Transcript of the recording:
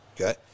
Okay